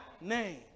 name